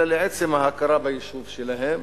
אלא לעצם ההכרה ביישוב שלהם.